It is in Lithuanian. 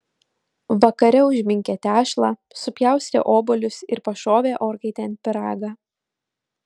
vakare užminkė tešlą supjaustė obuolius ir pašovė orkaitėn pyragą